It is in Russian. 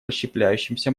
расщепляющимся